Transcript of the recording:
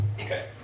Okay